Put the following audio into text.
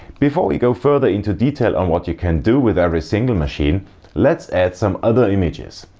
before we go further into detail on what you can do with every single machine let's add some other images.